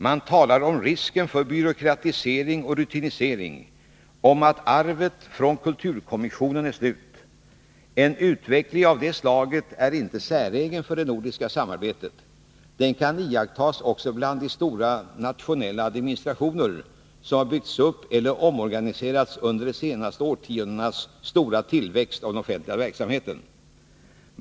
Man talar om risken för byråkratisering och rutinisering, om att arvet från kulturkommissionen är slut. En utveckling av det slaget är inte säregen för det nordiska samarbetet. Den kan iakttas också bland de stora nationella administrationer som har byggts upp eller omorganiserats under de senaste årtiondenas stora tillväxt av den offentliga verksamheten.